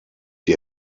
die